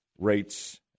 rates